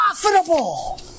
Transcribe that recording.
profitable